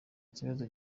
kibazo